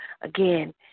again